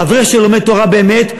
אברך שלומד תורה באמת,